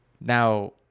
now